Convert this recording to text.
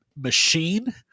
machine